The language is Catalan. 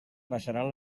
baixaran